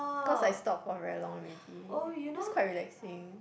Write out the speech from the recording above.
cause I stop for very long already that's quite relaxing